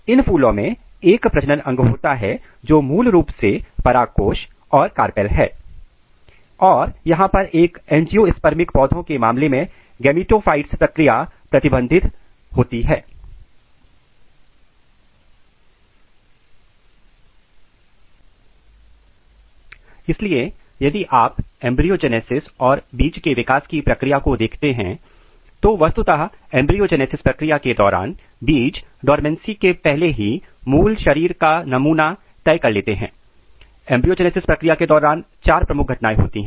और इन फूलों में एक प्रजनन अंग होता है जो मूल रूप से पराग कोष और कार्पेल हैं और यहां पर एंजियोस्पर्मिक पौधों के मामले में गेमेटोफाइट् प्रक्रिया प्रतिबंधित होती है इसलिए यदि आप एंब्रियो जेनेसिस और बीज के विकास की प्रक्रिया को देखते हैं तो वस्तुतः एंब्रियो जेनेसिस प्रक्रिया के दौरान बीज डोरमेंसी के पहले ही मूल शरीर का नमूना तय होता है एंब्रायोजेनेसिस प्रक्रिया के दौरान चार प्रमुख घटनाएं होती हैं